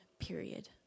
period